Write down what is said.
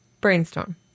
Brainstorm